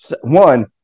One